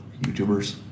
YouTubers